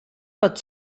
pot